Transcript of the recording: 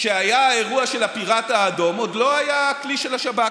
כשהיה האירוע של הפיראט האדום עוד לא היה הכלי של השב"כ,